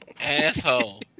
Asshole